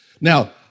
Now